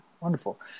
Wonderful